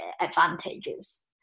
advantages